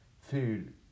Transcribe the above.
food